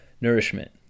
nourishment